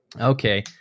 Okay